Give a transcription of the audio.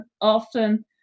often